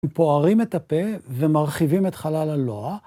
פוערים את הפה ומרחיבים את חלל הלוע